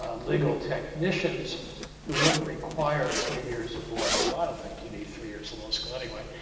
ah legal technicians who wouldn't require three years of law school. i don't think you need three years of law school anyway.